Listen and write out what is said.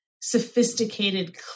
sophisticated